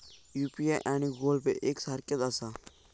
UPI आणि Google Pay एक सारख्याच आसा?